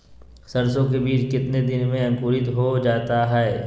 सरसो के बीज कितने दिन में अंकुरीत हो जा हाय?